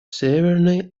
северной